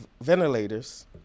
ventilators